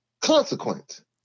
consequence